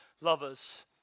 lovers